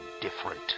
different